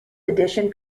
edition